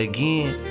Again